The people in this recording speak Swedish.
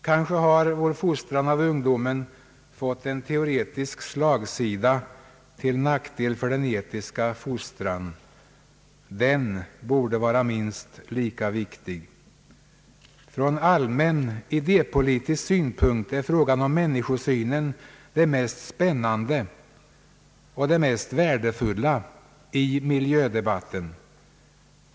Kanske har vår fostran av ungdomen fått en teoretisk slagsida till nackdel för den etiska fostran. Den borde vara minst lika viktig. Från allmän idépolitisk synpunkt är frågan om människosynen det mest spännande och mest värdefulla i miljödebatten.